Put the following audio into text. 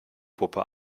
puppe